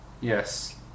Yes